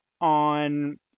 on